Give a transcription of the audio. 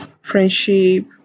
friendship